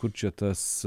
kur čia tas